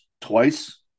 twice